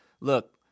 look